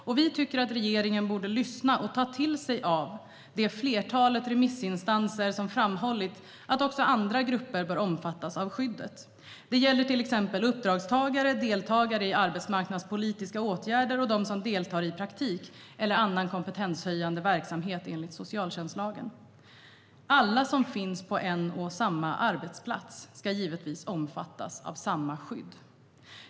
Vi tycker också att regeringen borde lyssna på och ta till sig av det som flertalet remissinstanser har framhållit om att också andra grupper bör omfattas av skyddet. Det gäller till exempel uppdragstagare, deltagare i arbetsmarknadspolitiska åtgärder och de som deltar i praktik eller annan kompetenshöjande verksamhet enligt socialtjänstlagen. Alla som finns på en och samma arbetsplats ska givetvis omfattas av samma skydd.